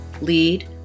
lead